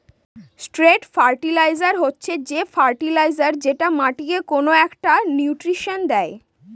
straight fertiliser হচ্ছে যে fertiliser যেটা মাটিকে কোনো একটা নিউট্রিশন দেয়